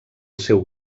seu